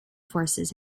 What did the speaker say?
forces